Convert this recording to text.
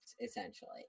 essentially